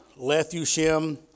Lethushim